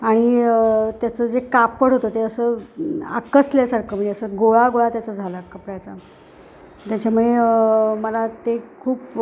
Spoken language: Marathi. आणि त्याचं जे कापड होतं ते असं आकसल्यासारखं म्हणजे असं गोळा गोळा त्याचा झाला कपड्याचा त्याच्यामुळे मला ते खूप